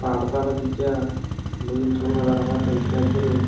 పాఠశాల విద్య ముగించుకున్న తరువాత విద్యార్థులు